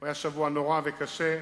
היה שבוע נורא וקשה,